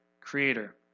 creator